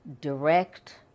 direct